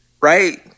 Right